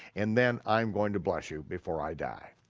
and then i'm going to bless you before i die.